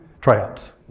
tryouts